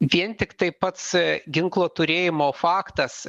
vien tiktai pats ginklo turėjimo faktas